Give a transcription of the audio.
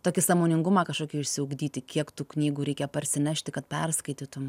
tokį sąmoningumą kažkokį išsiugdyti kiek tų knygų reikia parsinešti kad perskaitytum